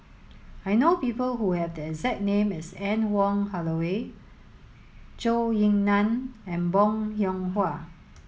I know people who have the exact name as Anne Wong Holloway Zhou Ying Nan and Bong Hiong Hwa